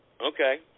Okay